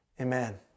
Amen